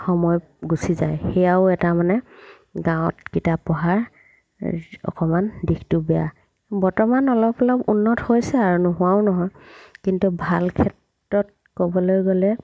সময় গুচি যায় সেয়াও এটা মানে গাঁৱত কিতাপ পঢ়াৰ অকণমান দিশটো বেয়া বৰ্তমান অলপ অলপ উন্নত হৈছে আৰু নোহোৱাও নহয় কিন্তু ভাল ক্ষেত্ৰত ক'বলৈ গ'লে